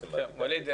מתמטיקה --- ווליד,